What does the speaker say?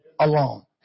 alone